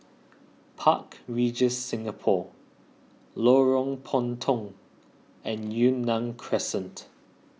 Park Regis Singapore Lorong Puntong and Yunnan Crescent